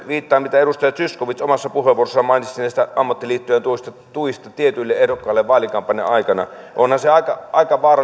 viittaan siihen mitä edustaja zyskowicz omassa puheenvuorossaan mainitsi näistä ammattiliittojen tuista tuista tietyille ehdokkaille vaalikampanjan aikana onhan se aika aika